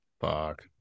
Fuck